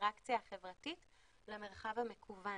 והאינטראקציה החברתית למרחב המקוון.